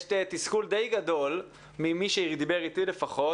יש תסכול די גדול ממי שדיבר איתי בגדול,